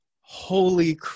Holy